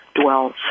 Dwells